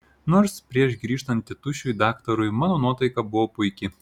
nors prieš grįžtant tėtušiui daktarui mano nuotaika buvo puiki